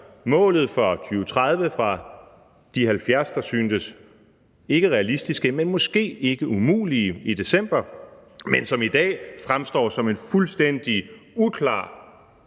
målet for 2030 fra de 70 pct., der i december ikke syntes realistiske, men måske ikke umulige, men som i dag fremstår som en fuldstændig uklar